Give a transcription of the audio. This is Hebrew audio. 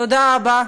תודה רבה.